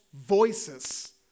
voices